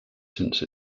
since